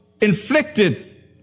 inflicted